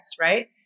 right